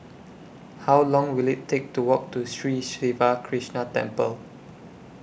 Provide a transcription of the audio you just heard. How Long Will IT Take to Walk to Sri Siva Krishna Temple